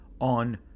on